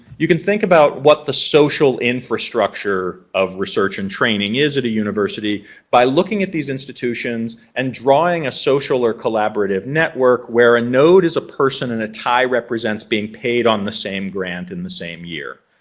you can think about what the social infrastructure of research and training is at a university by at these institutions and drawing a social or collaborative network where a node is a person and a tie represents being paid on the same grant in the same year.